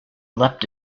leapt